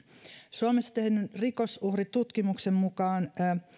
suomessa tehdyn rikosuhritutkimuksen mukaan